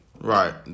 Right